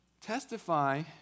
testify